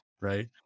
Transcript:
right